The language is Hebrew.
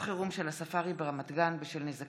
הפעלה מיידית של תשתיות המוזיאונים ברחבי הארץ לטובת